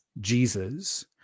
Jesus